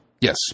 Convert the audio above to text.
yes